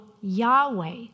Yahweh